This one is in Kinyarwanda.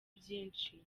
byinshi